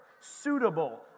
suitable